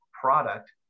product